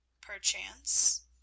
Perchance